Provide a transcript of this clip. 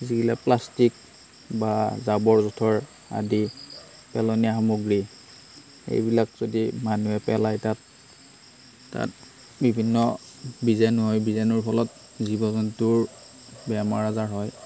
যিগিলা প্লাষ্টিক বা জাৱৰ জোঁথৰ আদি পেলনীয়া সামগ্ৰী সেইবিলাক যদি মানুহে পেলায় তাত তাত বিভিন্ন বীজাণু হয় বীজাণুৰ ফলত জীৱ জন্তুৰ বেমাৰ আজাৰ হয়